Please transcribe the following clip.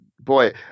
boy